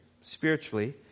spiritually